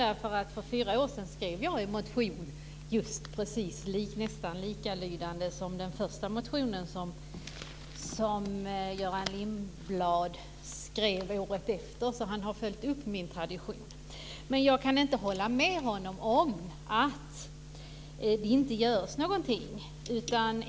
Herr talman! Jag känner mig involverad, därför att för fyra år sedan skrev jag en motion som var nästan likalydande som den första motionen som Göran Lindbland skrev året efter. Han har följt min tradition. Jag kan inte hålla med honom om att det inte görs någonting.